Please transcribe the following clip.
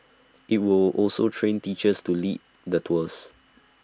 IT will also train teachers to lead the tours